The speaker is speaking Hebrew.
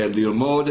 הם באים ללמוד,